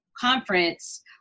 conference